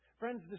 Friends